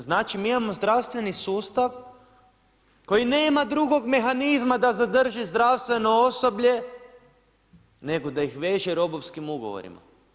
Znači, mi imamo zdravstveni sustav koji nema drugog mehanizma da zadrži zdravstveno osoblje, nego da ih veže robovskim ugovorima.